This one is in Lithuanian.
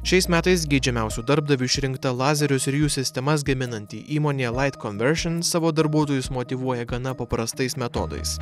šiais metais geidžiamiausiu darbdaviu išrinkta lazerius ir jų sistemas gaminanti įmonė light conversion savo darbuotojus motyvuoja gana paprastais metodais